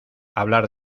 hablar